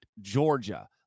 Georgia